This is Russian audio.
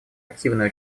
активное